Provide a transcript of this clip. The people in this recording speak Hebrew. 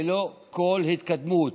ללא כל התקדמות.